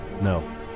no